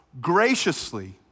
graciously